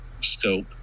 scope